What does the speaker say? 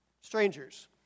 strangers